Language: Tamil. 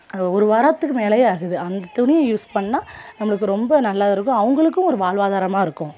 அந்த ஒரு வாரத்துக்கு மேலேயே ஆகுது அந்த துணியை யூஸ் பண்ணால் நம்மளுக்கு ரொம்ப நல்லா இருக்கும் அவங்களுக்கு ஒரு வாழ்வாதாரமா இருக்கும்